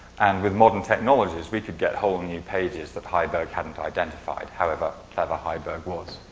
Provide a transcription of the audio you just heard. and with modern technologies, we could get whole new pages that heiberg hadn't identified, however clever heiberg was.